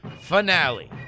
finale